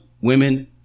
women